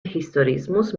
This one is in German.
historismus